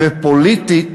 ופוליטית,